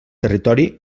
territori